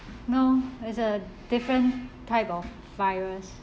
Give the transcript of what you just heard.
no it's a different type of virus